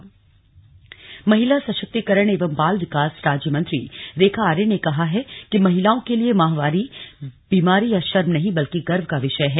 रेखा आर्य महिला सशक्तिकरण एवं बाल विकास राज्यमंत्री रेखा आर्य ने कहा है कि महिलाओं के लिए माहवारी बीमारी या शर्म नहीं बल्कि गर्व का विषय है